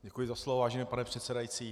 Děkuji za slovo, vážený pane předsedající.